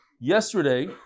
yesterday